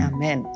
Amen